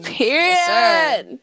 period